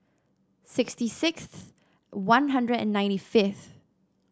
sixty sixth One Hundred and ninety fifth